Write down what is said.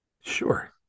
Sure